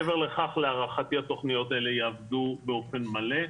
מעבר לכך להערכתי התוכניות האלה יעבדו באופן מלא.